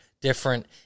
different